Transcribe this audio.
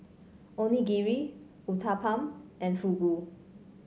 Onigiri Uthapam and Fugu